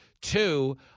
Two